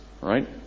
right